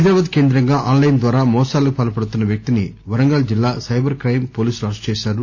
హైదరాబాద్ కేందంగా ఆన్లైన్ ద్వారా మోసాలకు పాల్పడుతున్న వ్యక్తిని వరంగల్ జిల్లా సైబర్ క్రెమ్ పోలీసులు అరెస్టు చేశారు